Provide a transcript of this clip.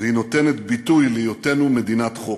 והיא נותנת ביטוי להיותנו מדינת חוק.